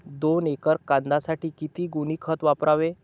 दोन एकर कांद्यासाठी किती गोणी खत वापरावे?